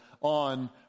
on